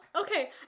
okay